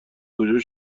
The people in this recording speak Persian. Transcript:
کجا